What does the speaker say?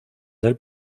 del